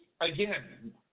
again